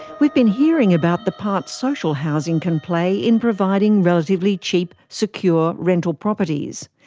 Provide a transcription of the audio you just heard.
we've been hearing about the part social housing can play in providing relatively cheap, secure rental properties.